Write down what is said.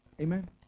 Amen